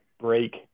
break